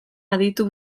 aditu